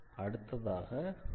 பின் இரண்டையும் கூட்டலாம்